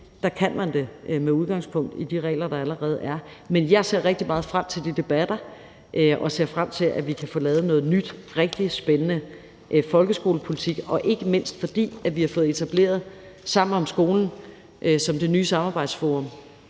ting kan man med udgangspunkt i de regler, der allerede er. Men jeg ser rigtig meget frem til de debatter og ser frem til, at vi kan få lavet noget nyt og rigtig spændende folkeskolepolitik, ikke mindst fordi vi har fået etableret Sammen om skolen som det nye samarbejdsforum.